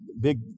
big